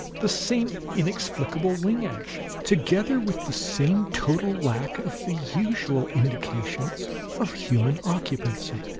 the same inexplicable wing action, together with the same total lack of the usual indications of human occupancy,